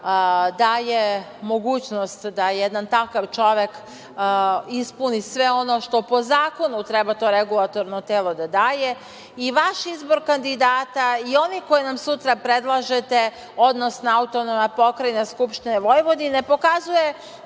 daje mogućnost da jedan takav čovek ispuni sve ono što po zakonu treba to regulatorno telo da daje. Vaš izbor kandidata i onih koje nam sutra predlažete, odnosno AP Skupštine Vojvodine pokazuje